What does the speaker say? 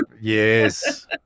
Yes